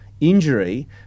injury